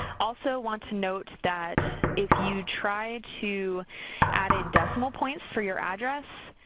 also want to note that if you try to add in decimal points for your address